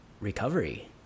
recovery